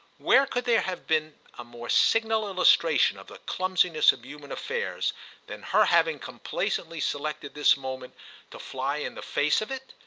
where could there have been a more signal illustration of the clumsiness of human affairs than her having complacently selected this moment to fly in the face of it?